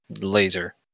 Laser